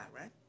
right